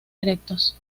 erectos